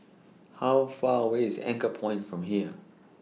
How Far away IS Anchorpoint from here